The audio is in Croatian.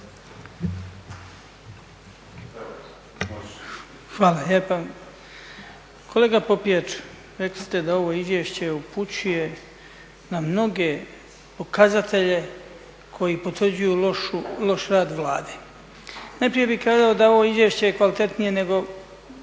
(HDZ)** Kolega Popijač, rekli ste da ovo izvješće upućuje na mnoge pokazatelje koji potvrđuju loš rad Vlade. Najprije bih kazao da je ovo izvješće kvalitetnije nego